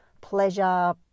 pleasure